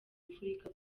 mfuruka